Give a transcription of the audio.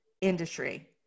industry